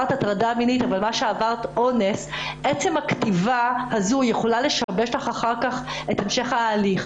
עצם הכתיבה הזאת יכולה לשבש לך אחר כך את המשך ההליך.